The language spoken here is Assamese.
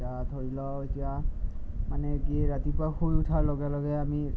এতিয়া ধৰি লওক এতিয়া মানে কি ৰাতিপুৱা শুই উঠাৰ লগে লগে আমি